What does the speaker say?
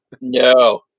no